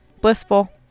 blissful